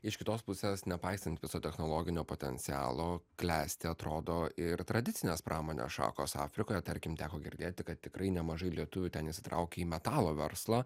iš kitos pusės nepaisant viso technologinio potencialo klesti atrodo ir tradicinės pramonės šakos afrikoje tarkim teko girdėti kad tikrai nemažai lietuvių ten įsitraukė į metalo verslą